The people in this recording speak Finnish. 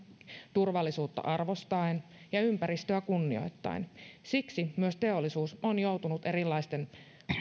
turvallisuutta arvostaen ja ympäristöä kunnioittaen siksi myös teollisuus on joutunut erilaisten